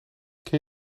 ken